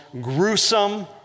gruesome